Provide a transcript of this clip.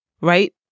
right